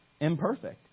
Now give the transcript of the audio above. imperfect